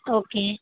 okay